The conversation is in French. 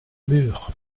murs